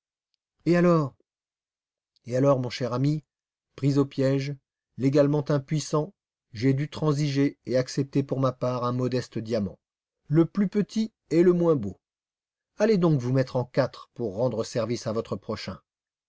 et alors et alors mon cher ami pris au piège légalement impuissant j'ai dû transiger et accepter pour ma part un modeste diamant le plus petit et le moins beau mettez-vous donc en quatre pour rendre service et